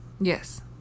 Yes